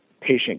patient